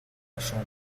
chambre